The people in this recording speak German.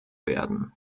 werden